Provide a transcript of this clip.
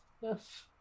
Yes